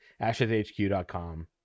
AshesHQ.com